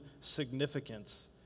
significance